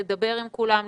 לדבר עם כולם,